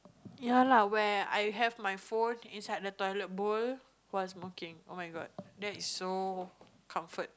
ya lah where I have my phone inside the toilet bowl was smoking oh-my-god that is so comfort